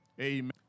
Amen